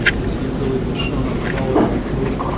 cause he really has shown up well in our group.